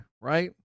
right